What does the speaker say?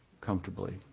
comfortably